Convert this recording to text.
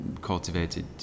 cultivated